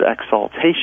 exaltation